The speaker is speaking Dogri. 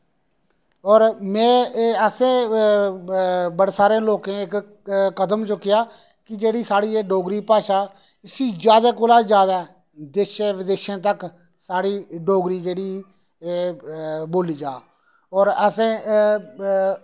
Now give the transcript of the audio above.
ते में असें बड़े सारें लोकें इक कदम चुक्केआ कि जेह्ड़ी एह् साढ़ी डोगरी भाशा इसी जैदा कोला जैदा देशें विदेशें तक्कर साढ़े डोगरी जेह्ड़ी बोली जा होर असें